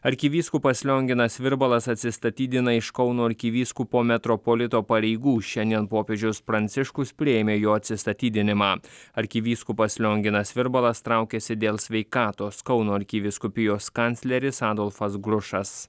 arkivyskupas lionginas virbalas atsistatydina iš kauno arkivyskupo metropolito pareigų šiandien popiežius pranciškus priėmė jo atsistatydinimą arkivyskupas lionginas virbalas traukiasi dėl sveikatos kauno arkivyskupijos kancleris adolfas grušas